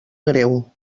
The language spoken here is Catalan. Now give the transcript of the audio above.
greu